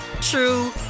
true